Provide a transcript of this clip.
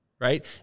right